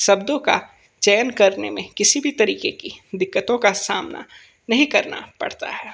शब्दों का चयन करने में किसी भी तरीके की दिक्कतों का सामना नहीं करना पड़ता है